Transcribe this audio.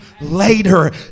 later